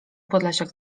podlasiak